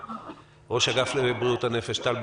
ראש האגף לבריאות הנפש במשרד הבריאות.